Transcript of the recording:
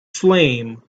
flame